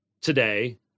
today